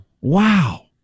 Wow